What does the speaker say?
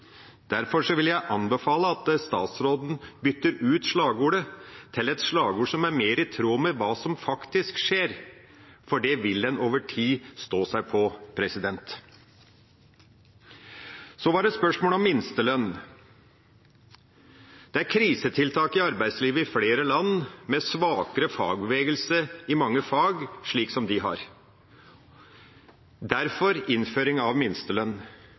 Derfor vil jeg anbefale at statsråden bytter ut slagordet med ett som er mer i tråd med det som faktisk skjer, for det vil en over tid stå seg på. Så var det spørsmålet om minstelønn. Det er krisetiltak i arbeidslivet i flere land, med svakere fagbevegelse i mange fag, slik som de har. Derfor innfører en minstelønn.